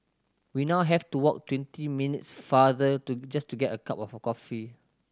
we now have to walk twenty minutes farther to just to get a cup of coffee